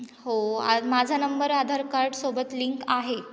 हो आ माझा नंबर आधार कार्डसोबत लिंक आहे